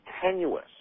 tenuous